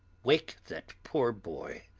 wake that poor boy,